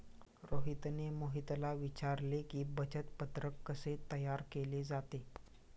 रोहितने मोहितला विचारले की, बचत पत्रक कसे तयार केले जाते?